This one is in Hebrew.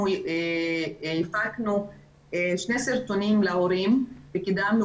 אנחנו הפקנו שני סרטונים להורים וקידמנו